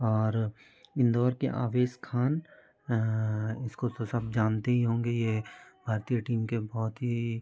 और इन्दौर के आवेश ख़ाँ इसको तो सब जानते ही होगे भारतीय टीम के बहुत ही